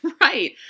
right